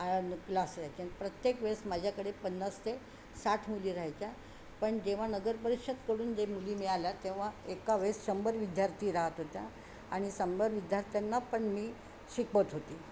आणि क्लास राहायचे प्रत्येक वेळेस माझ्याकडे पन्नास ते साठ मुली राहायच्या पण जेव्हा नगर परिषदकडून जे मुली मिळाल्या तेव्हा एका वेळेस शंभर विद्यार्थी राहत होत्या आणि शंभर विद्यार्थ्यांना पण मी शिकवत होती